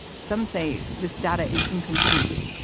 some say this data is incomplete,